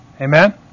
Amen